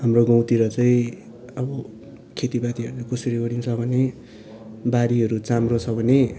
हाम्रो गाउँतिर चाहिँ अब खेतीपातीहरू कसरी गरिन्छ भने बारीहरू चाम्रो छ भने